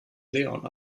leon